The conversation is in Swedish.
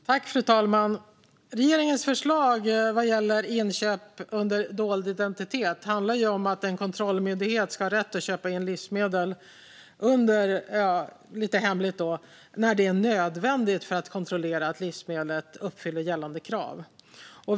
Fru talman! Regeringens förslag vad gäller inköp under dold identitet handlar om att en kontrollmyndighet ska ha rätt att köpa in livsmedel lite hemligt när det är nödvändigt för att kontrollera att livsmedlet uppfyller gällande krav.